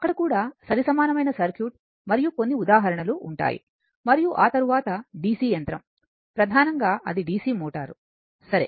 అక్కడ కూడా సరి సమానమైన సర్క్యూట్ మరియు కొన్ని ఉదాహరణలు ఉంటాయి మరియు ఆ తరువాత DC యంత్రం ప్రధానంగా అది DC మోటారు సరే